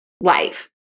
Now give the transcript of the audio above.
life